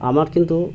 আমার কিন্তু